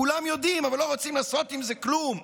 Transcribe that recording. כולם יודעים, אבל לא רוצים לעשות עם זה כלום.